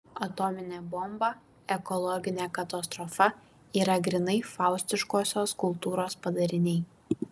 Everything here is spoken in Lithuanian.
atominė bomba ekologinė katastrofa yra grynai faustiškosios kultūros padariniai